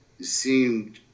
seemed